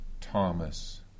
Thomas